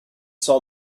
saw